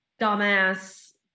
dumbass